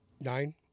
Nine